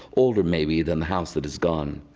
older maybe than the house that has gone.